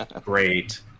Great